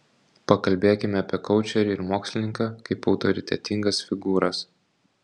pakalbėkime apie koučerį ir mokslininką kaip autoritetingas figūras